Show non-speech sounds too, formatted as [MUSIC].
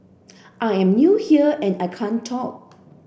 I'm new here and I can't talk [NOISE]